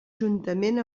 juntament